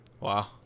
Wow